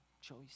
choice